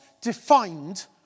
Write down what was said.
defined